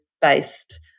based